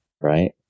right